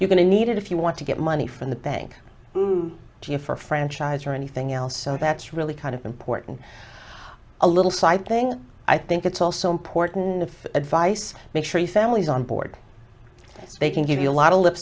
you're going to need it if you want to get money from the bank do you for franchise or anything else so that's really kind of important a little side thing i think it's also important of advice make sure the families on board they can give you a lot of lip